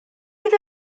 fydd